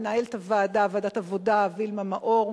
למנהלת ועדת העבודה וילמה מאור,